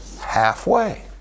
halfway